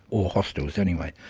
or hostels anyway.